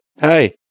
Hey